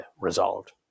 resolved